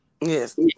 Yes